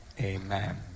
Amen